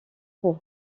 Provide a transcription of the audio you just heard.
pour